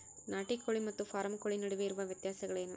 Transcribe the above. ನಾಟಿ ಕೋಳಿ ಮತ್ತು ಫಾರಂ ಕೋಳಿ ನಡುವೆ ಇರುವ ವ್ಯತ್ಯಾಸಗಳೇನು?